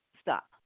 Stop